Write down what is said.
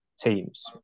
teams